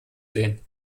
sehen